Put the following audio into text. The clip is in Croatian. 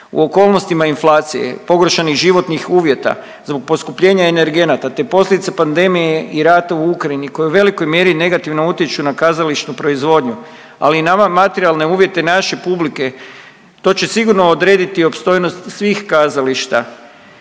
U okolnostima inflacije, pogoršanih životnih uvjeta zbog poskupljenja energenata te posljedica pandemije i rata u Ukrajini koja u velikoj mjeri negativno utječu na kazališnu proizvodnju, ali i nama materijalne uvjete naše publike, to će sigurno odrediti opstojnost svih kazališta.